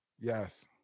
Yes